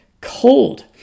cold